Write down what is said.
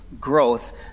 growth